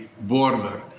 border